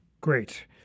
Great